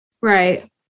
Right